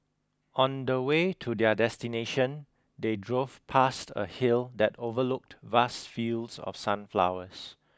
on the way to their destination they drove past a hill that overlooked vast fields of sunflowers